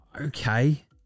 okay